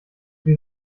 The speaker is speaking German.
sie